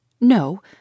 No